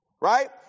Right